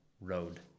road